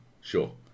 sure